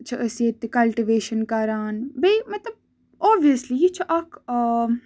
چھِ أسۍ ییٚتہِ تہِ کَلٹِویشن کران بیٚیہِ مطلب اوبویسلی یہِ چھُ اکھ آ